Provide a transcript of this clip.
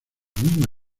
misma